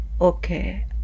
okay